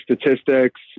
statistics